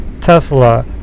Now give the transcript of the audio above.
Tesla